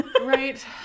Right